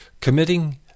committing